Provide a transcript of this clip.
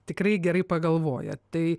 tikrai gerai pagalvoja tai